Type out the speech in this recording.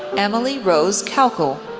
emily rose kaukol,